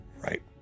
right